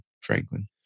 Franklin